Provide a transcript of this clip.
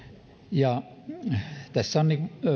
ja tässä on